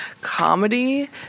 comedy